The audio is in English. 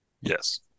Yes